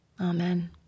Amen